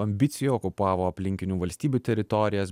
ambicijų okupavo aplinkinių valstybių teritorijas